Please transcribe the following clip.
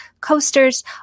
coasters